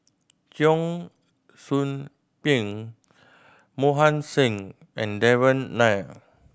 Cheong Soo Pieng Mohan Singh and Devan Nair